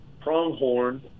pronghorn